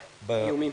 איומים.